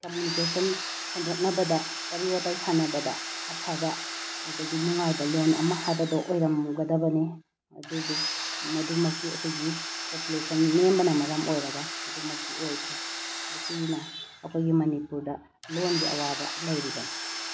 communication ꯁꯟꯗꯣꯛꯅꯕꯗ ꯋꯥꯔꯤ ꯋꯥꯇꯥꯏ ꯁꯥꯟꯅꯕꯗ ꯑꯐꯕ ꯑꯗꯨꯗꯒꯤ ꯅꯨꯡꯉꯥꯏꯕ ꯂꯣꯟ ꯑꯃ ꯍꯥꯏꯕꯗꯣ ꯑꯣꯏꯔꯝꯒꯗꯕꯅꯤ ꯑꯗꯨꯕꯨ ꯃꯗꯨꯃꯛꯇꯤ ꯑꯩꯈꯣꯏꯒꯤ ꯄꯣꯄꯨꯂꯦꯁꯟ ꯅꯦꯝꯕꯅ ꯃꯔꯝ ꯑꯣꯏꯔꯒ ꯑꯗꯨꯃꯛꯇꯤ ꯑꯣꯏꯗ꯭ꯔꯦ ꯑꯁꯤꯅ ꯑꯩꯈꯣꯏꯒꯤ ꯃꯅꯤꯄꯨꯔꯗ ꯂꯣꯟꯒꯤ ꯑꯋꯥꯕ ꯂꯩꯔꯤꯕꯅꯤ